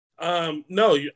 No